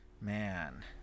Man